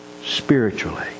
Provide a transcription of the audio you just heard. spiritually